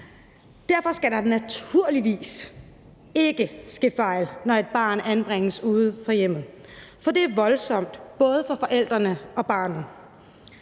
Derfor skal der naturligvis ikke ske fejl, når et barn anbringes uden for hjemmet, for det er voldsomt for både forældrene og barnet.